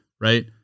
right